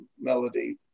melody